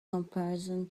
comparison